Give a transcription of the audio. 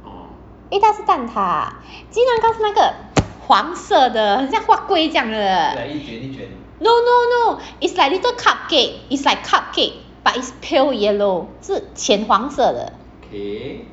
egg tart 是蛋挞鸡蛋糕是那个黄色的很像 huat kuih 这样的 no no no it's like little cupcake is like cupcake but it's pale yellow 是浅黄色的